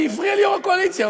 הפריע לי יו"ר הקואליציה,